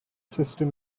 system